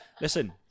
Listen